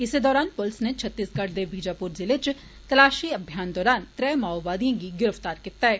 इस्सै दौरान पुलस नै छत्तीसगढ़ दे वीजापुर जिले च तलाशी अभियान दौरान त्रै माओवादिए गी गिरफ्तार कीता ऐ